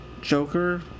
Joker